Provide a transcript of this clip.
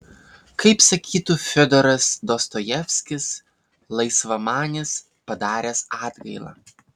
kaip sakytų fiodoras dostojevskis laisvamanis padaręs atgailą